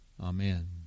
Amen